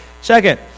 Second